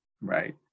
right